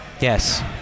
Yes